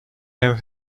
have